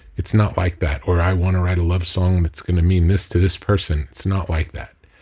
it's not like that. or i want to write a love song that's going to mean this to this person. it's not like that.